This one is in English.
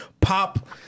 pop